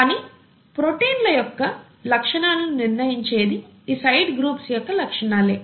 కానీ ప్రోటీన్ యొక్క లక్షణాలను నిర్ణయించేది ఈ సైడ్ గ్రూప్స్ యొక్క లక్షణాలే